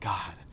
God